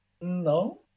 No